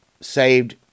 saved